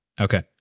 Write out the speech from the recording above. Okay